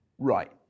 Right